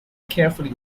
carefully